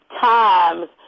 times